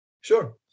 Sure